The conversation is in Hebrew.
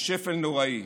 בשפל נוראי.